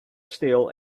still